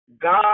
God